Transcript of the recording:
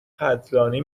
قدردانی